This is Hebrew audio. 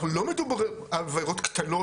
אנחנו לא מדברים על עבירות קטנות,